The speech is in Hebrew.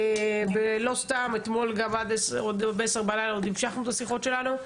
הרי לא סתם המשכנו גם